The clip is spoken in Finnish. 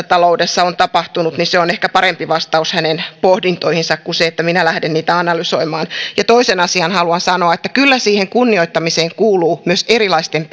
taloudessa on tapahtunut niin se on ehkä parempi vastaus hänen pohdintoihinsa kuin se että minä lähden niitä analysoimaan ja toisen asian haluan sanoa kyllä siihen kunnioittamiseen kuuluu myös erilaisten